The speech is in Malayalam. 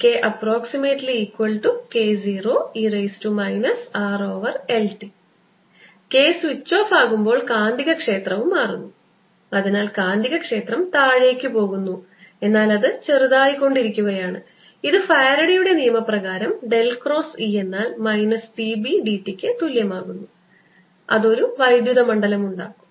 K≅K0e RLt K switch off ആകുമ്പോൾ കാന്തികക്ഷേത്രവും മാറുന്നു അതിനാൽ കാന്തികക്ഷേത്രം താഴേക്ക് പോകുന്നു എന്നാലത് ചെറുതായിക്കൊണ്ടിരിക്കുകയാണ് ഇത് ഫാരഡെയുടെ നിയമപ്രകാരം ഡെൽ ക്രോസ് E എന്നാൽ minus d B d t ക്ക് തുല്യമാകുന്നു അത് ഒരു വൈദ്യുത മണ്ഡലം ഉണ്ടാക്കും